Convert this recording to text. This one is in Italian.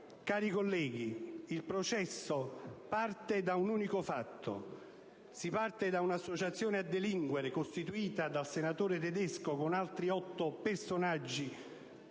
Colleghi, il processo parte da un unico fatto: da un'associazione a delinquere costituita dal senatore Tedesco con altri otto personaggi